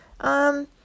Um